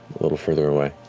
a little further away.